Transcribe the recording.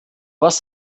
was